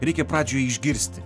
reikia pradžioje išgirsti